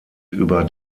über